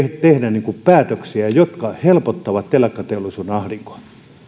tehdä päätöksiä jotka helpottavat telakkateollisuuden ahdinkoa